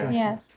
yes